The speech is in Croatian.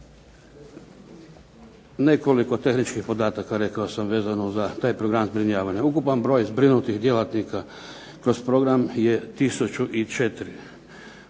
Nekoliko tehničkih podataka rekao sam vezano za taj program zbrinjavanja. Ukupan broj zbrinutih djelatnika kroz program je 1004. U trenutku